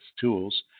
tools